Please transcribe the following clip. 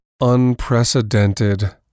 unprecedented